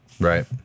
Right